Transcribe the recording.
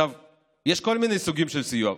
יש כל מיני סוגים של סיוע.